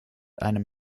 einem